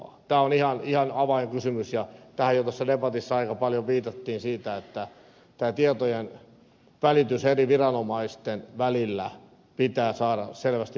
tämä on ihan avainkysymys ja tähän jo tuossa debatissa aika paljon viitattiin että tämä tietojen välitys eri viranomaisten välillä pitää saada selvästi paremmaksi